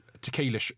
Tequila